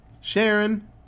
Sharon